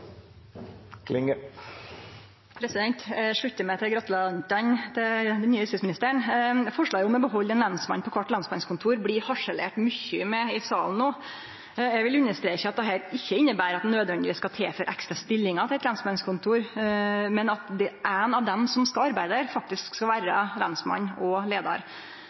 men jeg synes vi har gjort veldig mye så langt, og mener at vi er i rute. Eg sluttar meg til gratulantane når det gjeld den nye justisministeren. Forslaget om å behalde ein lensmann på kvart lensmannskontor blir det harselert mykje med i salen no. Eg vil understreke at dette ikkje inneberer at ein nødvendigvis skal tilføre ekstra stillingar til eit lensmannskontor, men at éin av dei som skal arbeide